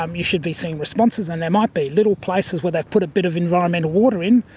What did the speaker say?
um you should be seeing responses, and there might be little places where they've put a bit of environmental water in,